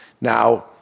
Now